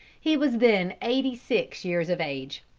he was then eighty-six years of age.